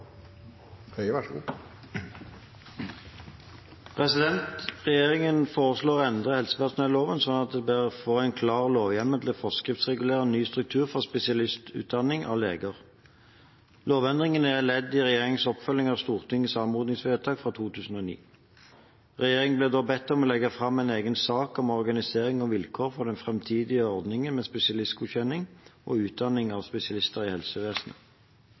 Regjeringen foreslår å endre helsepersonelloven slik at vi får en klar lovhjemmel til å forskriftsregulere ny struktur for spesialistutdanning for leger. Lovendringen er et ledd i regjeringens oppfølging av Stortingets anmodningsvedtak fra 2009. Regjeringen ble da bedt om å legge fram en egen sak om organisering og vilkår for den framtidige ordningen med spesialistgodkjenning og utdanning av spesialister i helsevesenet.